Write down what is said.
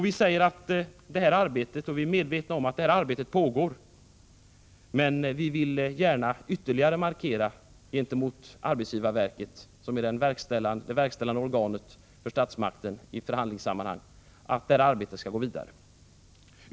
Vi är medvetna om att detta arbete pågår, men vi vill gärna ytterligare markera gentemot arbetsgivarverket, som är det verkställande organet för statsmakten i förhandlingssammanhang, att detta arbete skall gå vidare.